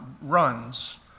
runs